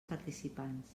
participants